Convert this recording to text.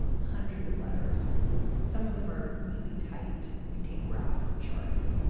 hundreds of letters some of them are neatly typed and contain graphs and charts.